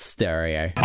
Stereo